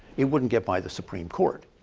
it wouldn't get by the supreme court.